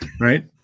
Right